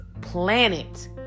planet